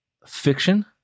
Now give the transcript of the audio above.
fiction